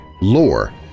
lore